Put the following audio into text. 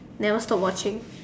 never stop watching